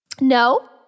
No